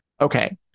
Okay